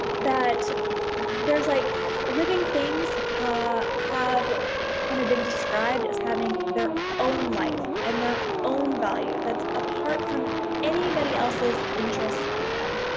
that there's like living things ah have kind of been described as having their own life, and their own value that's apart from anybody else's interest in them.